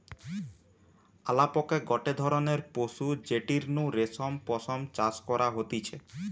আলাপকে গটে ধরণের পশু যেটির নু রেশম পশম চাষ করা হতিছে